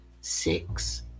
Six